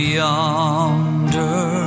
yonder